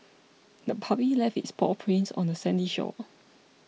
the puppy left its paw prints on the sandy shore